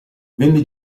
venne